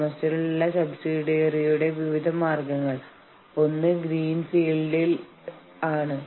കൂടാതെ നിങ്ങൾ മറ്റൊരു സ്ഥലത്തേക്ക് നീങ്ങുന്നു